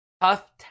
tough